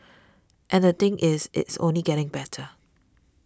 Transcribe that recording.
and the thing is it's only getting better